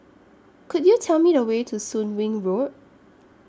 Could YOU Tell Me The Way to Soon Wing Road